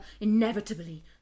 inevitably